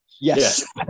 Yes